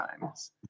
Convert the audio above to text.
times